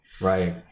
right